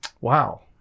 Wow